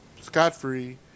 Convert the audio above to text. scot-free